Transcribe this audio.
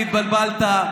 אם התבלבלת,